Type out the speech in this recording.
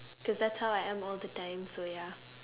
cause that's how I am all the time so ya